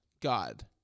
god